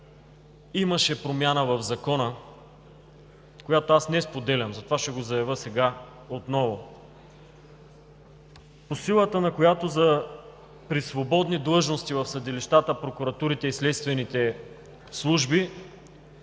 Имаше промяна в Закона, която аз не споделям, и затова ще го заявя отново – по силата на която при свободни длъжности в съдилищата, прокуратурите и следствените служби,